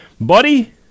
Buddy